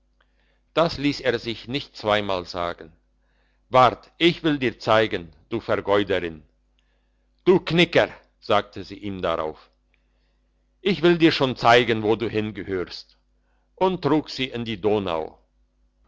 das liess er sich nicht zweimal sagen wart ich will dir zeigen du vergeuderin du knicker sagte sie ihm drauf ich will dir schon zeigen wo du hingehörst und trug sie in die donau